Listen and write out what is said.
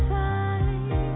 time